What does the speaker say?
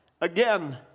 again